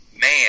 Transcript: man